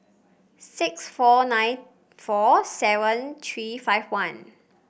six four nine four seven three five one